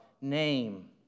name